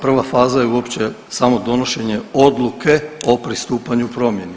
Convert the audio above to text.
Prva faza je uopće samo donošenje odluke o pristupanju promjeni.